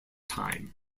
time